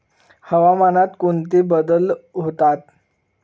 हवामानात कोणते बदल होतात?